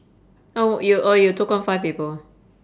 oh you oh you took on five people